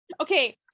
Okay